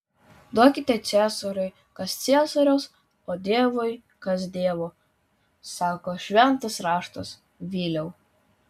duokite ciesoriui kas ciesoriaus o dievui kas dievo sako šventas raštas viliau